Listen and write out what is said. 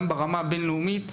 גם ברמה הבינלאומית,